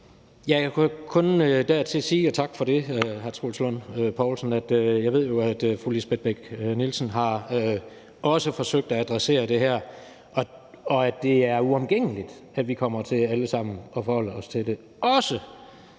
Jeg kan jo dertil kun sige, at jeg også ved, at fru Lisbeth Bech-Nielsen har forsøgt at adressere det her, og at det er uomgængeligt, at vi alle sammen kommer til at forholde os til det, også